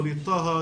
ווליד טאהא,